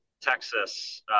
Texas